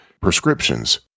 prescriptions